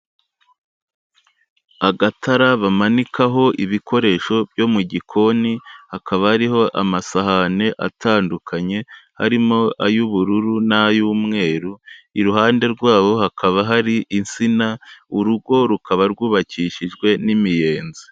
Agatara bamanikaho ibikoresho byo mu gikoni, hakaba hariho amasahani atandukanye harimo ay'ubururu n'ay'umweru, iruhande rwaho hakaba hari insina, urugo rukaba rwubakishijwe n'imiyenzi.